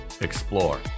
explore